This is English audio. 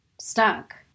stuck